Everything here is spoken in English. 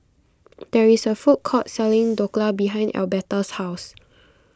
there is a food court selling Dhokla behind Elberta's house